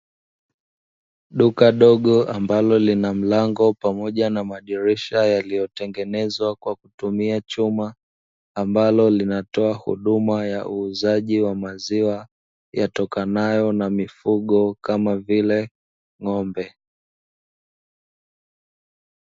Duka dogo ambalo lina mlango pamoja na madirisha yaliyotengenezwa kwa kutumia chuma, ambalo linatoa huduma ya uuzaji wa maziwa yatokanayo na mifugo kama vile ng'ombe.